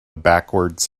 backwards